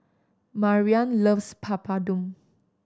Marian loves Papadum